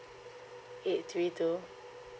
eight three two